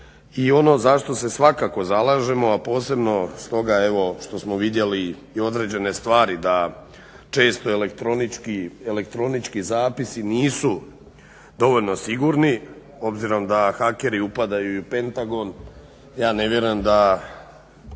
i ono za što se svakako zalažemo a posebno stoga što smo vidjeli i određene stvari da često elektronički zapisi nisu dovoljno sigurni obzirom da hakeri upadaju i u pentagon, ja ne vjerujem da